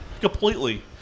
completely